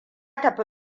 tafi